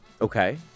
Okay